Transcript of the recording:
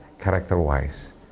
character-wise